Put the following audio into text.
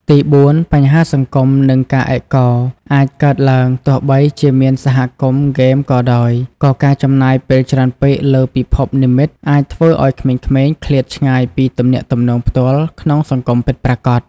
ទីបួន បញ្ហាសង្គម និងការឯកោ អាចកើតឡើង ទោះបីជាមានសហគមន៍ហ្គេមក៏ដោយ ក៏ការចំណាយពេលច្រើនពេកលើពិភពនិម្មិតអាចធ្វើឱ្យក្មេងៗឃ្លាតឆ្ងាយពីទំនាក់ទំនងផ្ទាល់ក្នុងសង្គមពិតប្រាកដ។